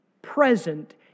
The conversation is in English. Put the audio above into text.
Present